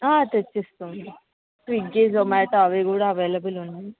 తెచ్చిస్తాము Swiggy Zomato అవి కూడా available ఉంది